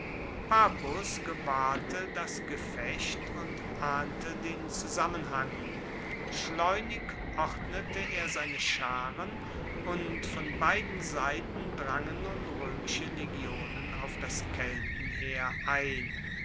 papus gewahrte das gefecht und ahnte den zusammenhang schleunig ordnete er seine scharen und von beiden seiten drangen nun roemische legionen auf das keltenheer ein